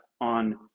on